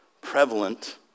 prevalent